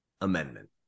Amendment